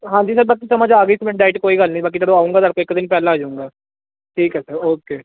ਹਾਂਜੀ ਸਰ ਬਾਕੀ ਸਮਝ ਆ ਗਈ ਮੈਨੂੰ ਡਾਈਟ ਕੋਈ ਗੱਲ ਨਹੀਂ ਬਾਕੀ ਜਦੋਂ ਆਊਂਗਾ ਇੱਕ ਦਿਨ ਪਹਿਲਾਂ ਆ ਜਾਵਾਂਗਾ ਠੀਕ ਹੈ ਸਰ ਓਕੇ